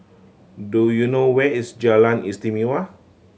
do you know where is Jalan Istimewa